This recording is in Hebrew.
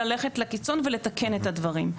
ללכת לקיצון ולתקן את הדברים,